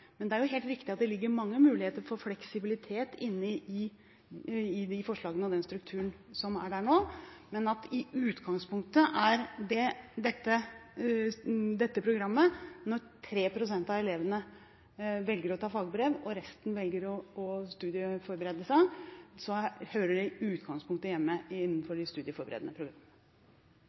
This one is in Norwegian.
Det er helt riktig at det ligger mange muligheter for fleksibilitet inne i de forslagene og den strukturen som er der nå, men i utgangspunktet hører dette programmet – når 3 pst. av elevene velger å ta fagbrev og resten velger å studieforberede seg – i utgangspunktet hjemme innenfor de studieforberedende